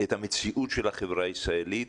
את המציאות של החברה הישראלית,